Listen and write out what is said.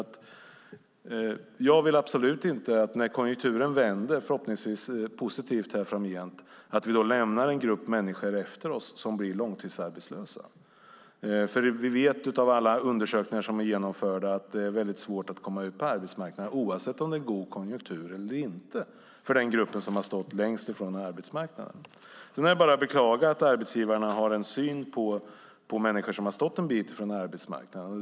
När konjunkturen vänder - förhoppningsvis blir det positivt framgent - vill jag absolut inte att vi lämnar en grupp människor efter oss som blir långtidsarbetslösa. Vi vet av alla undersökningar som är genomförda att det är väldigt svårt att komma ut på arbetsmarknaden, oavsett om det är en god konjunktur eller inte, för den grupp som står längst från arbetsmarknaden. Sedan är det bara att beklaga att arbetsgivarna har den här synen på människor som har stått en bit från arbetsmarknaden.